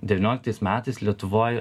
devynioliktais metais lietuvoj